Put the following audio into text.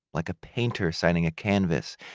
like a painter signing a canvas.